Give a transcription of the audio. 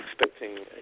expecting